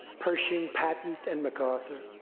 pershing, patton, and macarthur.